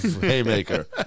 haymaker